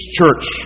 church